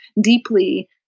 deeply